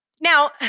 Now